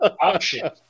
option